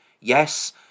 Yes